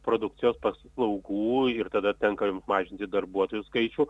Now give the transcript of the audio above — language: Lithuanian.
produkcijos paslaugų ir tada tenka mažinti darbuotojų skaičių